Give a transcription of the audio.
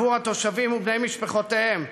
עבור התושבים ובני משפחותיהם,